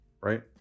right